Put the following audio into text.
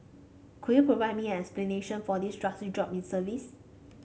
could you provide me an explanation for this drastic drop in service